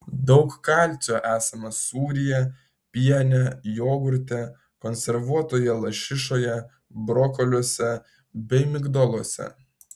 daug kalcio esama sūryje piene jogurte konservuotoje lašišoje brokoliuose bei migdoluose